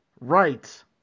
right